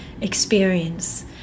experience